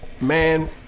Man